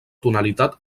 tonalitat